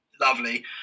lovely